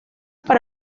para